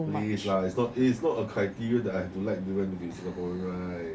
please lah it's not it is not a criteria that I have to like durian to be a singaporean right